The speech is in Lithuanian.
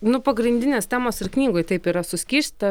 nu pagrindinės temos ir knygoj taip yra suskysta